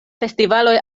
festivaloj